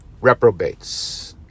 reprobates